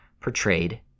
portrayed